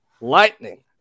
Lightning